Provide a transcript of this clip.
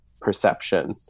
perception